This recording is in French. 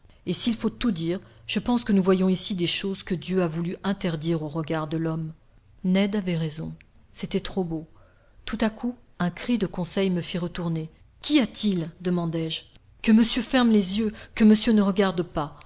et s'il faut tout dire je pense que nous voyons ici des choses que dieu a voulu interdire aux regards de l'homme ned avait raison c'était trop beau tout à coup un cri de conseil me fit retourner qu'y a-t-il demandai-je que monsieur ferme les yeux que monsieur ne regarde pas